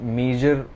major